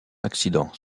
accident